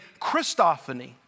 Christophany